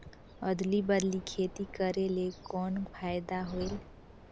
अदली बदली खेती करेले कौन फायदा होयल?